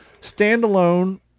standalone